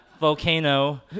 volcano